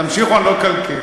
תמשיכו, אני לא אקלקל.